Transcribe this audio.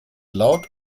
laut